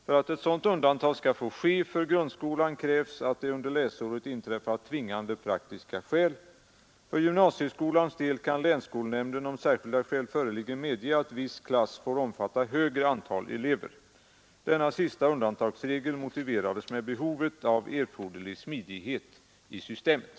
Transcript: För att sådant undantag skall få ske för grundskolän krävs att det under läsåret inträffat tvingande praktiska skäl. För gymnasieskolans del kan länsskolnämnden om särskilda skäl föreligger medge att viss klass får omfatta högre antal elever. Denna sista undantagsregel motiverades med behovet av erforderlig smidighet i systemet.